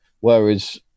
whereas